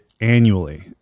annually